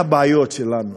אלה הבעיות שלנו,